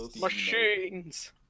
Machines